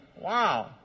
Wow